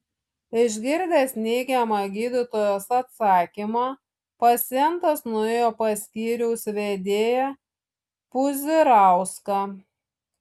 išgirdęs neigiamą gydytojos atsakymą pacientas nuėjo pas skyriaus vedėją puzirauską